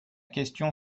question